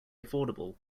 affordable